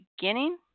beginning